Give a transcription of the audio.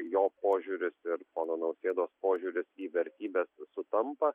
jo požiūris ir pono nausėdos požiūris į vertybes sutampa